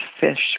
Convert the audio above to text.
fish